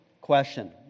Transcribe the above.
question